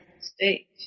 state